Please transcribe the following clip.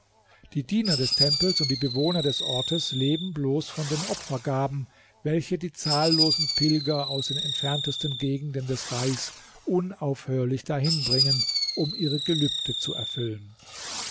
die diener des tempels und die bewohner des orts leben bloß von den opfergaben welche die zahllosen pilger aus den entferntesten gegenden des reichs unaufhörlich dahin bringen um ihre gelübde zu erfüllen